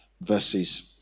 verses